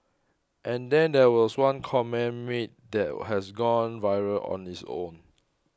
and then there was one comment made that has gone viral on its own